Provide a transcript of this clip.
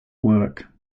work